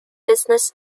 business